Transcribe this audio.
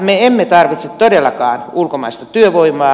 me emme tarvitse todellakaan ulkomaista työvoimaa